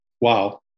wow